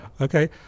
okay